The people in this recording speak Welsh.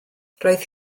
roedd